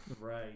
Right